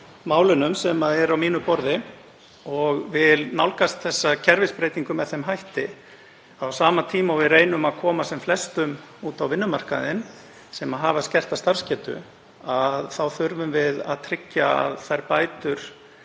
málunum sem eru á mínu borði og vil nálgast þessa kerfisbreytingu með þeim hætti. Á sama tíma og við reynum að koma sem flestum út á vinnumarkaðinn sem hafa skerta starfsgetu þá þurfum við að tryggja að þær bætur